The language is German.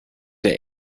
der